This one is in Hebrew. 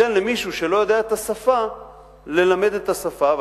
ניתן למישהו שלא יודע את השפה ללמד את השפה.